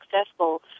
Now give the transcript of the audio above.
successful